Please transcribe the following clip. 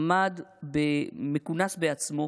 עמד מכונס בעצמו,